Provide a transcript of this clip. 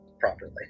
properly